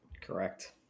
correct